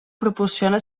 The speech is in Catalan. proporciona